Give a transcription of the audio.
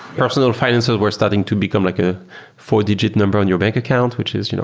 personal finances were starting to become like a four-digit number on your back account, which is you know